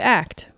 act